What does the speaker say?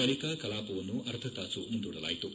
ಬಳಿಕ ಕಲಾಪವನ್ನು ಅರ್ಧತಾಸು ಮುಂದೂಡಲಾಯಿತು